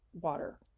water